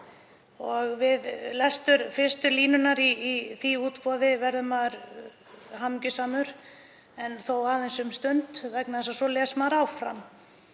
Við lestur fyrstu línunnar í því útboði verður maður hamingjusamur en þó aðeins um stund vegna þess að svo les maður áfram